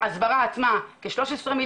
ההסברה עצמה כ-13,000,000,